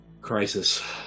crisis